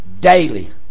daily